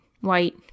white